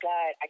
God